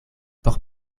por